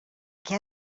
què